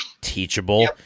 teachable